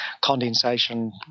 condensation